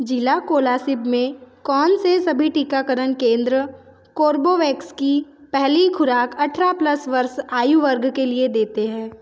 ज़िला कोलासिब में कौन से सभी टीकाकरण केंद्र कोर्बेवैक्स की पहली खुराक अठारह प्लस वर्ष आयु वर्ग के लिए देते हैं